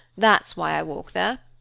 that's why i walk there.